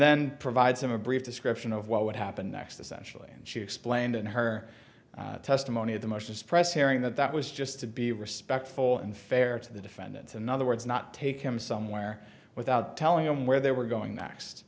then provides him a brief description of what would happen next essentially and she explained in her testimony at the motions press hearing that that was just to be respectful and fair to the defendants in other words not take him somewhere without telling them where they were going next